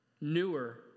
newer